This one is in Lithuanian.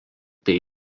bei